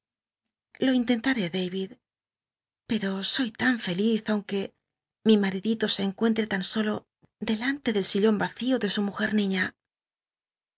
intentaré david pero soy tan feliz aunque mi maridito se encuentre tan solo delante del sillon vacío de su mujer niña